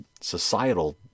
societal